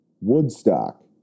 Woodstock